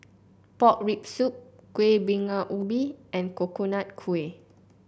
Pork Rib Soup Kueh Bingka Ubi and Coconut Kuih